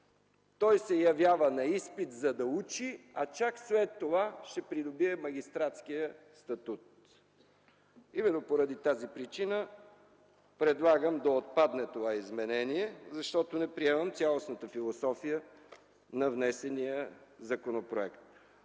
той се явява на изпит, за да учи, а чак след това ще придобие магистратския статут. Именно поради тази причина предлагам да отпадне това изменение, защото не приемам цялостната философия на внесения законопроект.